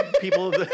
people